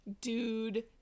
dude